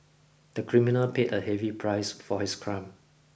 the criminal paid a heavy price for his crime